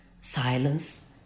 silence